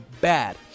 bad